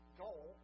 goal